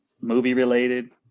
movie-related